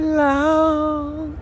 long